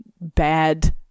bad